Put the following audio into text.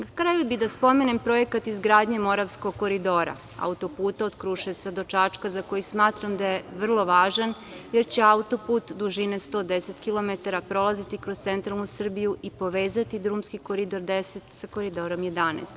Na kraju bih da spomenem projekat izgradnje Moravskog koridora, auto-puta od Kruševca do Čačka, za koji smatram da je vrlo važan, jer će auto-put dužine 110 kilometara prolaziti kroz centralnu Srbiju i povezati drumski Koridor 10 sa Koridorom 11.